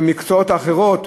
והמקצועות האחרים,